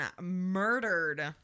murdered